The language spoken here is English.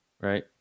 right